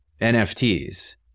NFTs